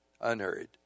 unhurried